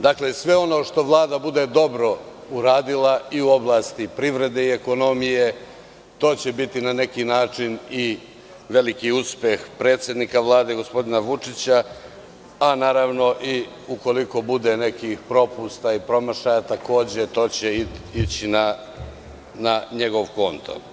Dakle, sve ono što Vlada bude dobro uradila i u oblasti privrede i ekonomije, to će biti na neki način i veliki uspeh predsednika Vlade, gospodina Vučića, a ukoliko bude nekih propusta i promašaja, takođe to će ići na njegov konto.